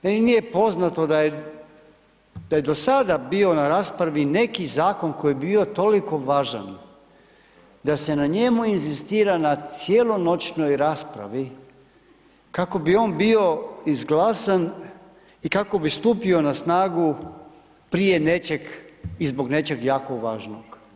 Meni nije poznato da je, da je do sada bio na raspravi neki zakon koji je bio toliko važan da se na njemu inzistira na cijelonoćnoj raspravi kako bi on bio izglasan i kako bi stupio na snagu prije nečeg i zbog nečeg jako važnog.